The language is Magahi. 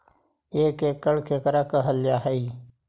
एक एकड़ केकरा कहल जा हइ?